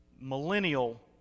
millennial